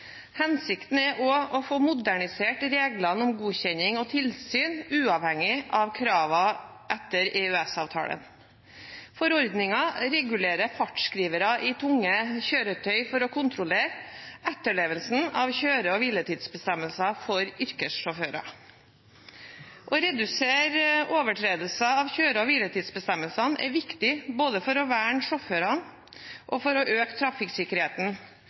Hensikten er også å få modernisert reglene om godkjenning og tilsyn, uavhengig av kravene etter EØS-avtalen. Forordningen regulerer fartsskrivere i tunge kjøretøy for å kontrollere etterlevelsen av kjøre- og hviletidsbestemmelsene for yrkessjåfører. Å redusere forekomsten av overtredelser av kjøre- og hviletidsbestemmelsene er viktig, både for å verne sjåførene og for å øke trafikksikkerheten.